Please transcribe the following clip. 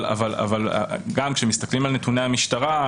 אבל כשמסתכלים על נתוני המשטרה,